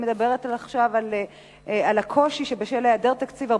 אני מדברת עכשיו על הקושי שלפיו בשל היעדר תקציב,